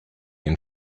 and